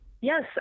Yes